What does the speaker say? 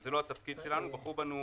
זה לא התפקיד שלנו, בחרו בנו